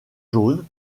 jaunes